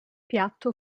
piatto